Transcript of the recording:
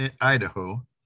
Idaho